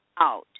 out